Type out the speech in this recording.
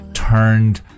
turned